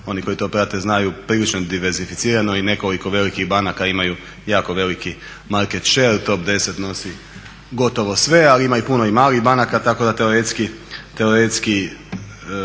oni koji to prate znaju prilično diversificirano i nekoliko velikih banaka imaju jako veliki market …/Govornik se ne razumije./… nosi gotovo sve ali ima i puno malih banaka tako da teoretski